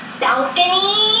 balcony